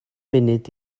munud